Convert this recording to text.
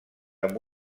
amb